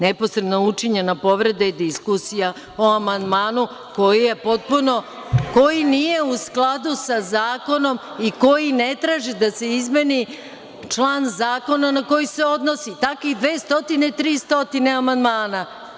Neposredno učinjena povreda je diskusija o amandmanu koji nije u skladu sa zakonom i koji ne traži da se izmeni član zakona na koji se odnosi, takvih 200, 300 amandmana.